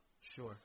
Sure